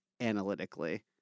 analytically